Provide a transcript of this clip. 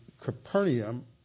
Capernaum